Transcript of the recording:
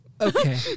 Okay